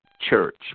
church